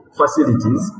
facilities